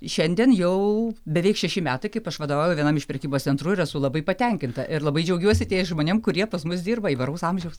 šiandien jau beveik šeši metai kaip aš vadovauju vienam iš prekybos centrų ir esu labai patenkinta ir labai džiaugiuosi tais žmonėm kurie pas mus dirba įvairaus amžiaus